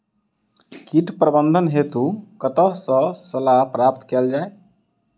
कीट प्रबंधन हेतु कतह सऽ सलाह प्राप्त कैल जाय?